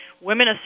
women